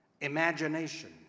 imagination